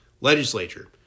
legislature